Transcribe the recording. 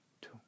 two